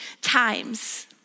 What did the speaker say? times